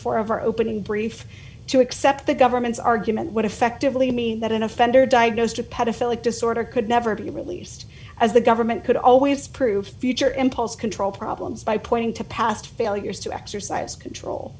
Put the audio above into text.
four of our opening brief to accept the government's argument would effectively mean that an offender diagnosed a pedophile a disorder could never be released as the government could always prove future impulse control problems by pointing to past failures to exercise control